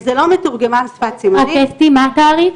זה לא מתורגמן שפת סימנים, רק אסתי, מה התעריף?